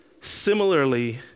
Similarly